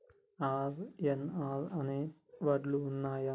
RNR అనే వడ్లు ఉన్నయా?